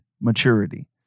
maturity